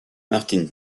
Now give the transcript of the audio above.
martin